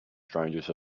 strangest